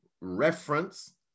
reference